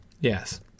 Yes